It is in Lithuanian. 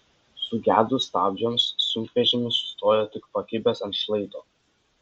sugedus stabdžiams sunkvežimis sustojo tik pakibęs ant šlaito